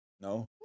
No